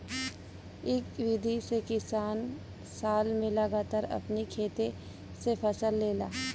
इ विधि से किसान साल में लगातार अपनी खेते से फसल लेला